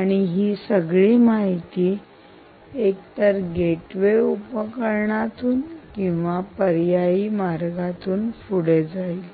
आणि ही सगळी माहिती एकतर गेटवे उपकरणातून किंवा पर्यायी मार्गातून पुढे जाईल